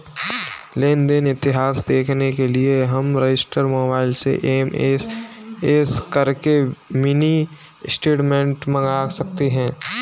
लेन देन इतिहास देखने के लिए हम रजिस्टर मोबाइल से एस.एम.एस करके मिनी स्टेटमेंट मंगा सकते है